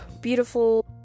beautiful